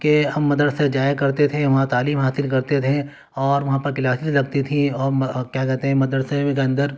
کہ ہم مدرسہ جایا کرتے تھے وہاں تعلیم حاصل کرتے تھے اور وہاں پر کلاسیز لگتی تھی اور کیا کہتے ہیں مدرسے کے اندر